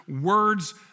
words